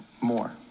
More